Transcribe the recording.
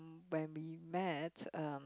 when we met uh